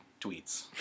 tweets